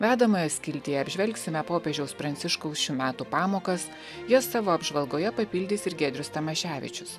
vedamojo skiltyje apžvelgsime popiežiaus pranciškaus šių metų pamokas jas savo apžvalgoje papildys ir giedrius tamaševičius